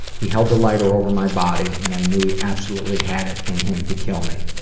he held the lighter over my body and i knew he absolutely had it in him to kill me.